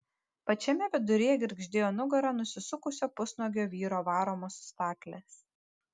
pačiame viduryje girgždėjo nugara nusisukusio pusnuogio vyro varomos staklės